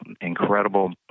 incredible